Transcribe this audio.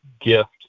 gift